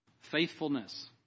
faithfulness